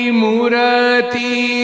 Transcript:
murati